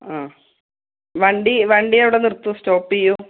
ആ വണ്ടി വണ്ടി എവിടെ നിർത്തും സ്റ്റോപ്പ് ചെയ്യും